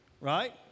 Right